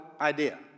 idea